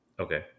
Okay